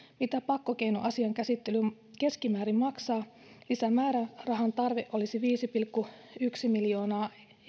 mitä pakkokeinoasian käsittely keskimäärin maksaa lisämäärärahan tarve olisi viisi pilkku yksi miljoonaa